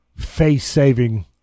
face-saving